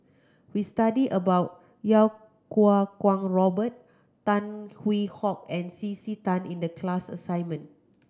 we studied about Iau Kuo Kwong Robert Tan Hwee Hock and C C Tan in the class assignment